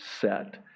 set